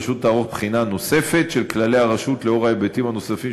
הרשות תערוך בחינה נוספת של כללי הרשות לאור ההיבטים הנוספים